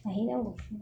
गायहैनांगौ बिदिनो